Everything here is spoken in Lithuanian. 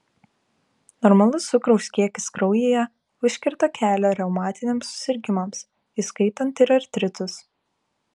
normalus cukraus kiekis kraujyje užkerta kelią reumatiniams susirgimams įskaitant ir artritus